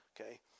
okay